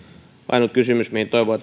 ainut kysymys mihin toivon